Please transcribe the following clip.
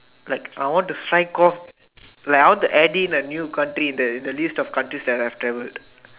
like I want to strike off like I want to add in a new country in the in the list of the countries that I have travelled